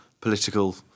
political